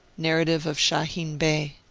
narrative of shahin bey.